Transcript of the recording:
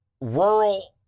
rural